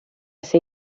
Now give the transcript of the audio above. ser